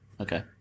Okay